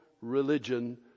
religion